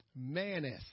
maness